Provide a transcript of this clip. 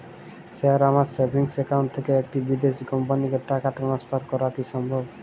Sir আমার savings account থেকে একটি বিদেশি কোম্পানিকে টাকা ট্রান্সফার করা কীভাবে সম্ভব?